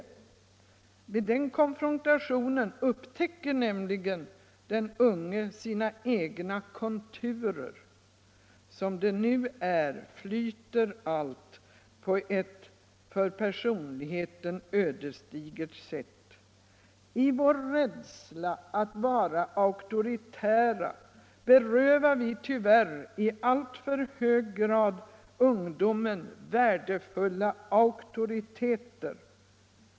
Vid den konfrontationen upptäcker nämligen den unge sin egna konturer. Som det nu är flyter allt på ett för personlighet ödesdigert sätt. I vår rädsla att vara auktoritära berövar vi tyvärr i alltför hög grad ungdomen värdefulla auktoriteter.